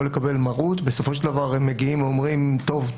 לא לקבל מרות; בסופו של דבר הם מגיעים ואומרים: טוב,